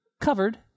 covered